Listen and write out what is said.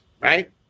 right